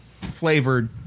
flavored